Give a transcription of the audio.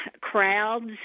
crowds